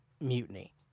mutiny